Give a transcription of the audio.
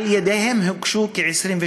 על-ידיהן הוגשו כ-28.